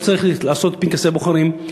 לא צריך לעשות פנקסי בוחרים,